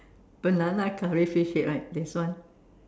banana curry fish head right there's one